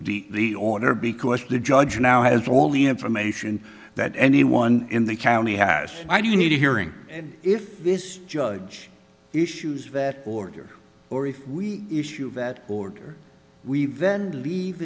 issue the order because the judge now has all the information that anyone in the county has i do need a hearing and if this judge issues that order or if we issue of that order we've then to leave